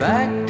Back